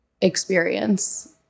experience